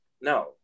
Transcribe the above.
no